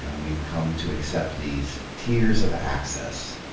and we've come to accept these tiers of access,